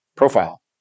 profile